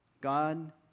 God